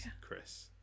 Chris